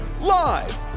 live